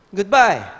Goodbye